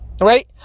Right